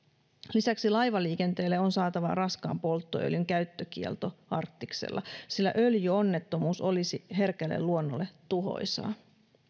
lisäksi laivaliikenteelle on saatava raskaan polttoöljyn käyttökielto arktiksella sillä öljyonnettomuus olisi herkälle luonnolle tuhoisa